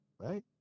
right